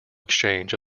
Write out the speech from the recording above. exchange